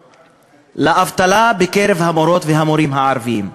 לאבטלה בקרב המורות והמורים הערבים.